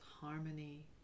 harmony